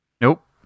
Nope